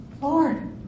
Lord